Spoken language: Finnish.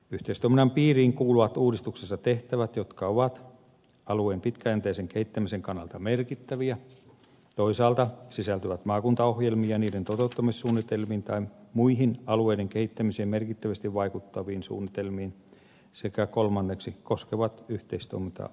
yhteistoiminnan piiriin kuuluvat uudistuksessa tehtävät jotka ovat alueen pitkäjänteisen kehittämisen kannalta merkittäviä toisaalta sisältyvät maakuntaohjelmiin ja niiden toteuttamissuunnitelmiin tai muihin alueiden kehittämiseen merkittävästi vaikuttaviin suunnitelmiin sekä kolmanneksi koskevat yhteistoiminta aluetta yhteisesti